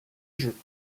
jeux